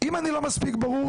אם אני לא מספיק ברור,